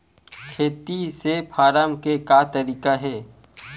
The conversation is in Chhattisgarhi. खेती से फारम के का तरीका हे?